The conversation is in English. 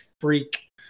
freak